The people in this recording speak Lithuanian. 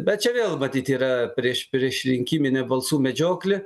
bet čia vėl matyt yra prieš priešrinkiminė balsų medžioklė